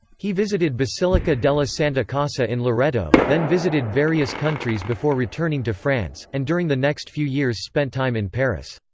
he visited basilica della santa casa in loreto, then visited various countries before returning to france, and during the next few years spent time in paris.